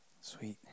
Sweet